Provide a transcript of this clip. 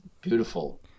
beautiful